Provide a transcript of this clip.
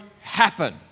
happen